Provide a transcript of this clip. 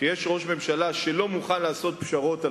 שיש ראש ממשלה שלא מוכן לעשות פשרות על